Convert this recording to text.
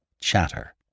chatter